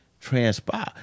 transpire